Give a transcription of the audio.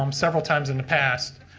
um several times in the past.